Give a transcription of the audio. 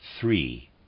three